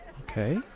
Okay